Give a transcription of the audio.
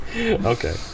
okay